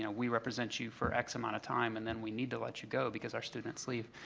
you know we represent you for x amount of time and then we need to let you go because our students leave.